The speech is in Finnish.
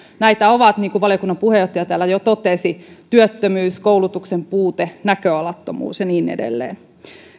näitä ovat niin kuin valiokunnan puheenjohtaja täällä jo totesi työttömyys koulutuksen puute näköalattomuus ja niin edelleen